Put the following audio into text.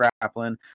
grappling